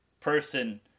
person